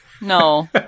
No